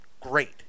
great